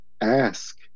ask